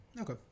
Okay